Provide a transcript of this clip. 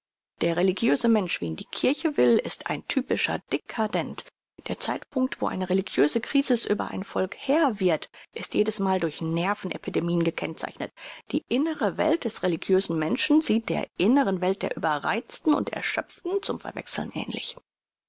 der religiöse mensch wie ihn die kirche will ist ein typischer dcadent der zeitpunkt wo eine religiöse krisis über ein volk herr wird ist jedesmal durch nerven epidemien gekennzeichnet die innere welt des religiösen menschen sieht der inneren welt der überreizten und erschöpften zum verwechseln ähnlich